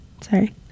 Sorry